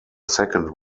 second